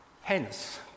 Hence